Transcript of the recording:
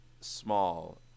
small